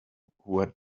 where